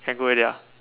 can go already ah